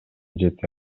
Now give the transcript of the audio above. жете